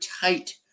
tight